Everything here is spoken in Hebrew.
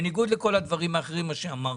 בניגוד לכל הדברים האחרים שאמרתי.